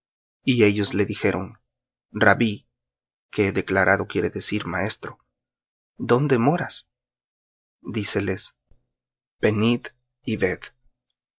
y ellos le dijeron rabbí que declarado quiere decir maestro dónde moras díceles venid y ved